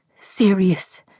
Serious